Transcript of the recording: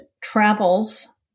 travels